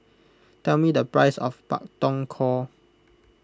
tell me the price of Pak Thong Ko